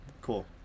cool